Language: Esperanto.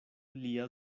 lia